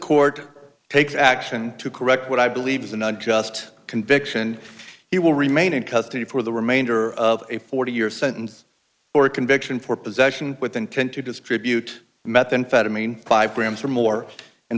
court take action to correct what i believe is an unjust conviction he will remain in custody for the remainder of a forty year sentence for a conviction for possession with intent to distribute methamphetamine five grams or more in